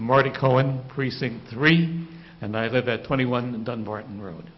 marti cohen precinct three and i live at twenty one dunbarton road